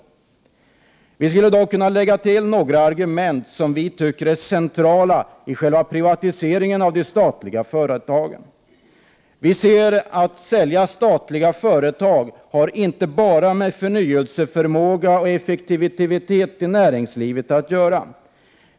Vi skulle dock kunna lägga till några argument, som vi tycker är centrala när det gäller privatiseringen av de statliga företagen. Försäljning av statliga företag har inte bara med förnyelseförmåga och effektivitet i näringslivet att göra.